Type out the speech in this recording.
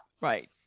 Right